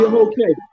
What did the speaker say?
okay